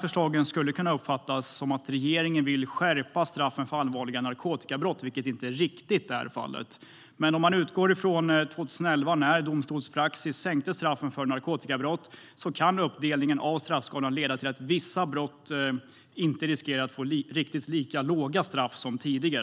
Förslagen skulle kunna uppfattas som att regeringen vill skärpa straffen för allvarliga narkotikabrott, vilket inte riktigt är fallet. Men om man utgår från 2011, när domstolspraxis sänkte straffen för narkotikabrott, kan uppdelningen av straffskalan få till följd att vissa brott inte riskerar att leda till riktigt lika låga straff som tidigare.